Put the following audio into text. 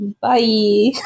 Bye